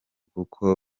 kuko